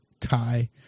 tie